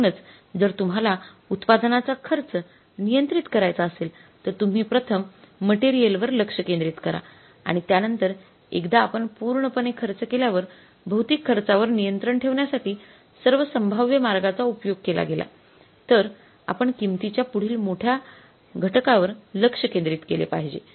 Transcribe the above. म्हणूनच जर तुम्हाला उत्पादनाचा खर्च नियंत्रित करायचा असेल तर तुम्ही प्रथम मटेरियल वर लक्ष केंद्रित करा आणि यानंतर एकदा आपण पूर्णपणे खर्च केल्यावर भौतिक खर्चावर नियंत्रण ठेवण्यासाठी सर्व संभाव्य मार्गाचा उपयोग केला गेला तर आपण किंमतीच्या पुढील मोठ्या घटकावर लक्ष केंद्रित केले पाहिजे